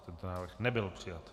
Tento návrh nebyl přijat.